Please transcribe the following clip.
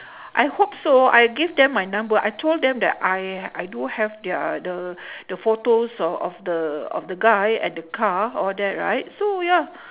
I hope so I gave them my number I told them that I I do have their the the photos o~ of the of the guy and the car all that right so ya